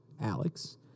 Alex